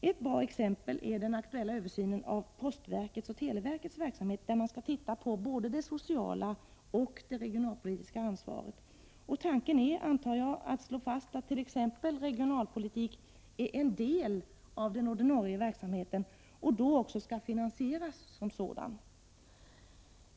Ett bra exempel är den aktuella översynen av postverkets och televerkets verksamhet, där man skall titta på både det sociala och det regionalpolitiska ansvaret. Tanken är, antar jag, att slå fast att t.ex. regionalpolitik är en del av den ordinarie verksamheten och då också skall finansieras som sådan.